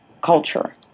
culture